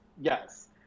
Yes